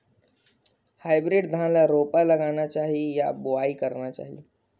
Hybrid धान ल रोपा लगाना चाही या बोआई करना चाही?